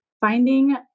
finding